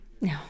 No